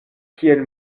kiel